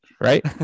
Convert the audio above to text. right